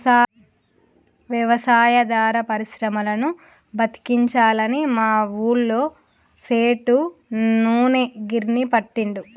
వ్యవసాయాధార పరిశ్రమలను బతికించాలని మా ఊళ్ళ సేటు నూనె గిర్నీ పెట్టిండు